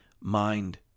mind